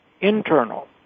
internal